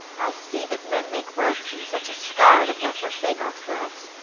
i see that men make ropes in such a scarre that we'll forsake ourselves.